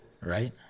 right